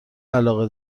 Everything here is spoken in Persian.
علاقه